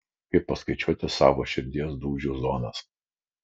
kaip pasiskaičiuoti savo širdies dūžių zonas